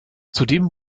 zudem